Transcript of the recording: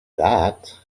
that